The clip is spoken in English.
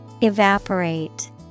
Evaporate